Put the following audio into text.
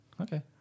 Okay